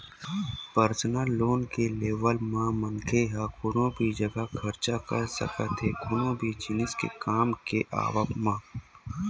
personal loan के लेवब म मनखे ह कोनो भी जघा खरचा कर सकत हे कोनो भी जिनिस के काम के आवब म